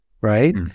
right